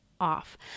off